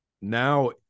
now